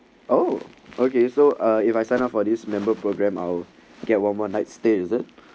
oh okay so uh if I sign up for this member program I'll get one more night stays is it